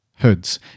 hoods